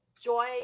joy